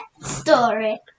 Story